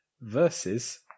versus